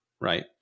right